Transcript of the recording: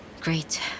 Great